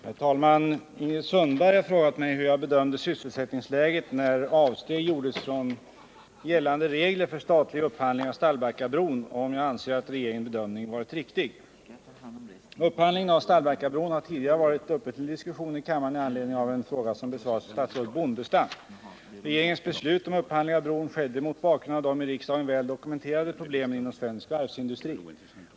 Herr talman! Ingrid Sundberg har frågat mig hur jag bedömde sysselsättningsläget när avsteg gjordes från gällande regler för statlig upphandling av Stallbackabron och om jag anser att regeringens bedömning varit riktig. Upphandlingen av Stallbackabron har tidigare varit uppe till diskussion i kammaren i anledning av en fråga som besvarades av statsrådet Bondestam. Regeringens beslut om upphandling av bron skedde mot bakgrund av de i riksdagen väl dokumenterade problemen inom svensk varvsindustri.